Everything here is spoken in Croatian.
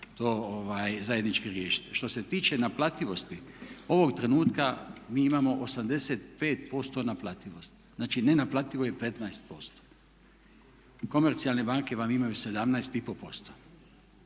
ga zajednički riješiti. Što se tiče naplativosti, ovog trenutka mi imamo 85% naplativosti. Znači nenaplativo je 15%. Komercijalne banke vam imaju 17,5%.